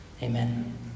Amen